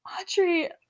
Audrey